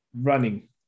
running